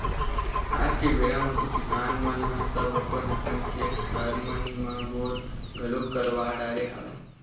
आज के बेरा म तो किसान मन ह सब अपन अपन खेत खार मन म बोर घलोक करवा डरे हवय